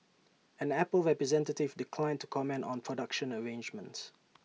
an Apple representative declined to comment on production arrangements